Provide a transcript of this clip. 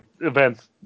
events